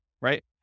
right